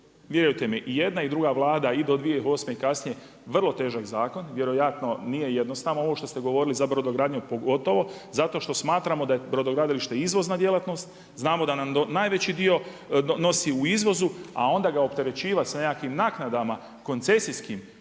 vjerujte mi i jedna i druga vlada i do 2008. i kasnije vrlo težak zakon, vjerojatno nije jednostavno. Ovo što ste govorili za brodogradnju pogotovo, zato što smatramo da je brodogradilište izvozna djelatnost, znamo da nam najveći dio nosi u izvozu, a onda ga opterećivati sa nekakvim naknadama koncesijskim,